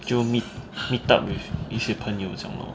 就 meet meet up with 一些朋友这样 lor